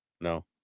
No